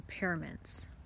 impairments